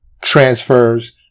transfers